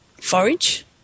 forage